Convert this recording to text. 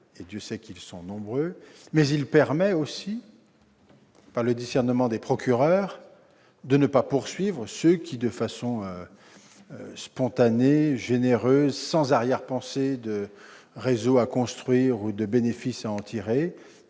Dieu sait s'ils sont nombreux -, mais aussi, grâce au discernement des procureurs, de ne pas poursuivre ceux qui, de façon spontanée, généreuse, sans arrière-pensée de réseau à construire ou de bénéfice à retirer,